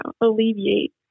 alleviate